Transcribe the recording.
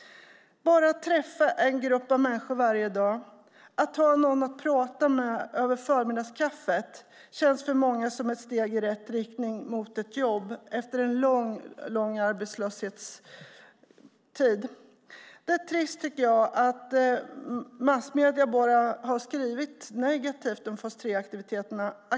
Bara att träffa en grupp människor varje dag och att ha någon att prata med över förmiddagskaffet känns för många som ett steg i rätt riktning, mot ett jobb, efter en lång arbetslöshetstid. Det är trist, tycker jag, att massmedierna bara har skrivit negativt om fas 3-aktiviteterna.